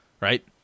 right